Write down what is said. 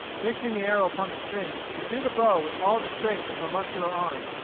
fixing the arrow upon the string, she drew the bow with all the strength of her muscular arm,